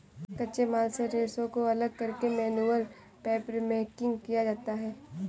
कच्चे माल से रेशों को अलग करके मैनुअल पेपरमेकिंग किया जाता है